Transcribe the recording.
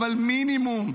אבל מינימום,